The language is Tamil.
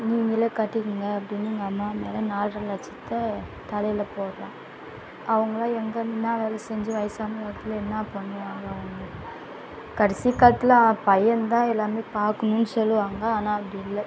நீங்களே கட்டிக்கங்க அப்படின்னு எங்கள் அம்மா மேலே நால்ரை லட்சத்தை தலையில போட்டுறான் அவங்களா எங்கள் என்ன வேலை செஞ்சு வயசான காலத்தில் என்ன பண்ணுவாங்க அவங்க கடைசி காலத்தில் பையன் தான் எல்லாமே பார்க்குணுன்னு சொல்லுவாங்க ஆனால் அப்படி இல்லை